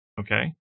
okay